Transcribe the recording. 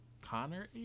Connor